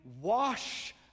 wash